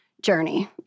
journey